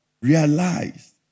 realized